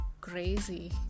crazy